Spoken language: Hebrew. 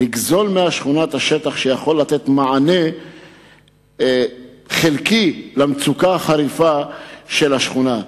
לגזול מהשכונה את השטח שיכול לתת מענה חלקי על המצוקה החריפה של השכונה?